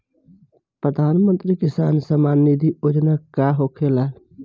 प्रधानमंत्री किसान सम्मान निधि योजना का होखेला?